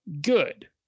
good